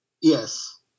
Yes